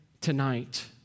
tonight